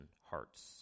hearts